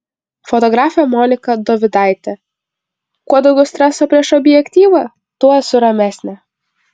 fotografė monika dovidaitė kuo daugiau streso prieš objektyvą tuo esu ramesnė